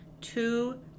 two